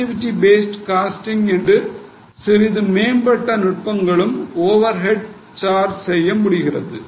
activity based costing போன்று சிறிது மேம்பட்ட நுட்பங்களும் ஓவர் ஹேட்டை சார்ச் செய்ய உள்ளது